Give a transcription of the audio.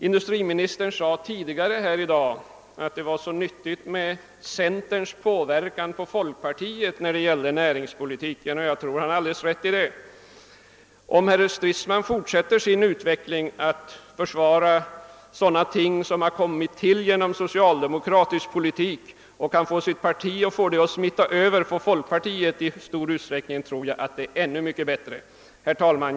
Industriministern sade tidigare här i dag att det var så nyttigt med centerns påverkan på folkpartiet när det gällde näringspolitiken, och jag tror att han har alldeles rätt i det. Om herr Stridsman fortsätter sin utveckling mot att försvara sådana ting som har kommit till genom socialdemokratisk politik och kan få detta att smitta av sig på folkpartiet, så är detta givetvis ännu mycket bättre. Herr talman!